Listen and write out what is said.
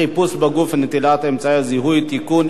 חיפוש בגוף ונטילת אמצעי זיהוי) (תיקון,